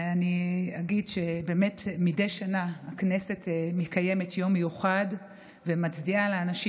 אגיד שמדי שנה הכנסת מקיימת יום מיוחד ומצדיעה לאנשים